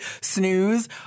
snooze